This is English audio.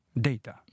data